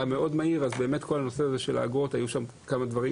ובנושא האגרות היו שם כמה דברים